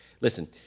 Listen